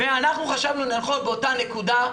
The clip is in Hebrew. אנחנו חשבנו באותה נקודה,